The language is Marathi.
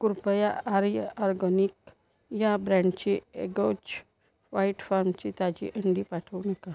कृपया आर्य आरगॉनिक या ब्रँडची एग्गोच व्हाईट फार्मची ताजी अंडी पाठवू नका